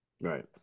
right